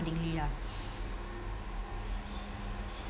accordingly lah